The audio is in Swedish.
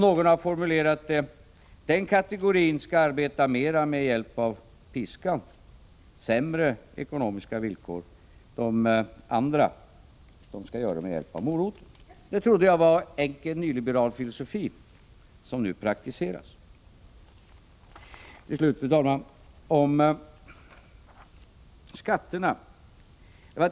— Någon har formulerat det på följande sätt: Den kategorin skall arbeta mer med hjälp av piskan — sämre ekonomiska villkor — den andra med hjälp av moroten. Jag trodde att det var den enkla nyliberala filosofi som nu praktiseras. Till slut, fru talman, några ord om skatterna.